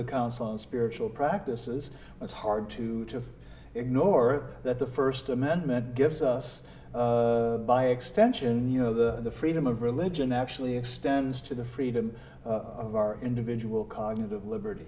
the council and spiritual practices it's hard to ignore that the first amendment gives us by extension you know the freedom of religion actually extends to the freedom of our individual cognitive liberty